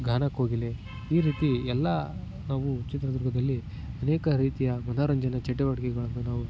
ಗಾನ ಕೋಗಿಲೆ ಈ ರೀತಿ ಎಲ್ಲ ನಾವು ಚಿತ್ರದುರ್ಗದಲ್ಲಿ ಅನೇಕ ರೀತಿಯ ಮನರಂಜನೆ ಚಟುವಟಿಕೆಗಳನ್ನು ನಾವು